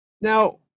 Now